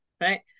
right